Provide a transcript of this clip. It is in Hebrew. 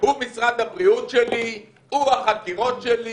הוא משרד הבריאות שלי, הוא החקירות שלי,